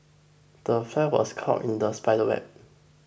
the fly was caught in the spider's web